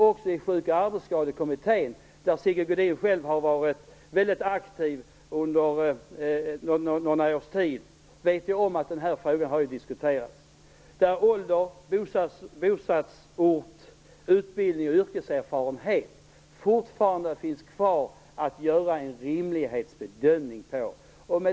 Också i Sjuk och arbetsskadekommittén, där Sigge Godin själv har varit väldigt aktiv under några års tid, har denna fråga diskuterats. Ålder, bostadsort, utbildning och yrkeserferenhet spelar fortfarande roll när man gör en rimlighetsbedömning.